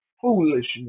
foolishness